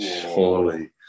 surely